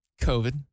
COVID